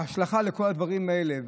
ההשלכה של כל הדברים האלה,